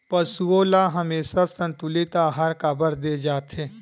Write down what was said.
पशुओं ल हमेशा संतुलित आहार काबर दे जाथे?